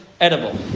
edible